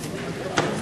נתקבלו.